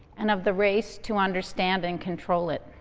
and of the race to understand and control it.